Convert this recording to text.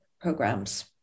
programs